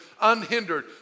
unhindered